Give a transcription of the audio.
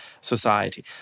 society